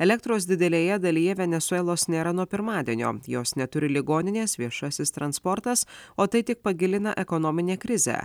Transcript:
elektros didelėje dalyje venesuelos nėra nuo pirmadienio jos neturi ligoninės viešasis transportas o tai tik pagilina ekonominę krizę